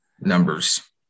numbers